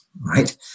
right